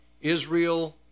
Israel